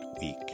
week